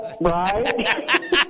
Right